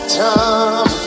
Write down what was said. time